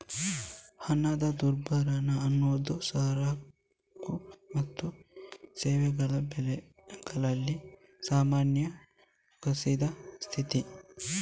ಹಣದುಬ್ಬರ ಅನ್ನುದು ಸರಕು ಮತ್ತು ಸೇವೆಗಳ ಬೆಲೆಗಳಲ್ಲಿನ ಸಾಮಾನ್ಯ ಕುಸಿತದ ಸ್ಥಿತಿ